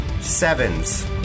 sevens